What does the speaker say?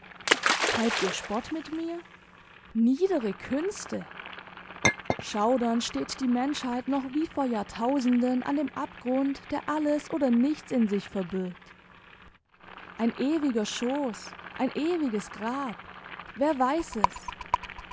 treibt ihr spott mit mir niedere künste schaudernd steht die menschheit noch wie vor jahrtausenden an dem abgrund der alles oder nichts in sich verbirgt ein ewiger schoß ein ewiges grab wer weiß es